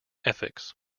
ethics